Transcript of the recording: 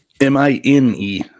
m-i-n-e